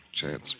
chance